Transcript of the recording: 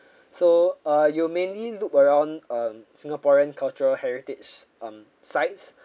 so uh you'll mainly look around um singaporean cultural heritage um sites